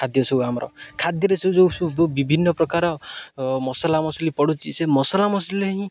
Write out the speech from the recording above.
ଖାଦ୍ୟ ସବୁ ଆମର ଖାଦ୍ୟରେ ସେ ଯେଉଁ ସବୁ ବିଭିନ୍ନ ପ୍ରକାର ମସଲାମସଲି ପଡ଼ିଛି ସେ ମସଲାମସଲି ହିଁ